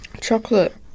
chocolate